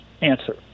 answer